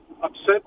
upset